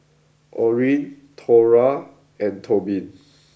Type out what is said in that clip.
Orene Thora and Tobin